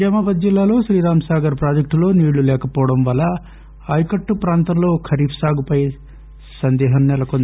నిజామాబాద్ జిల్లాలో శ్రీరాంసాగర్ ప్రాజెక్టులో నీళ్లు లేకపోవడంవల్ల ఆయకట్టు ప్రాంతంలో ఖరీఫ్ సాగుపై సందేహం సెలకొంది